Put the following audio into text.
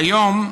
כיום,